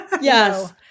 yes